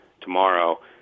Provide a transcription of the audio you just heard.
tomorrow